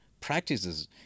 practices